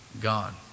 God